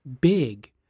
big